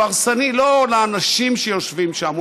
הוא הרסני לא לאנשים שיושבים שם,